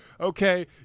Okay